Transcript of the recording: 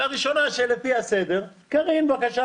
הראשונה לפי הסדר קארין, בבקשה.